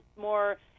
more